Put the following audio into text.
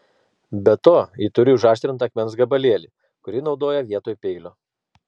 be to ji turi užaštrintą akmens gabalėlį kurį naudoja vietoj peilio